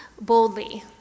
boldly